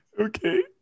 okay